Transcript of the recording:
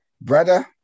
brother